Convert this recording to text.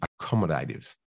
accommodative